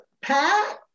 Pat